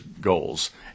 goals